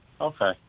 Okay